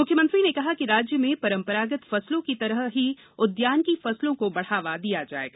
मुख्यमंत्री ने कहा कि राज्य में परम्परागत फसलों की तरह ही उद्यानिकी फसलों को बढ़ावा दिया जाएगा